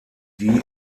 die